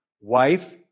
Wife